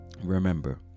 remember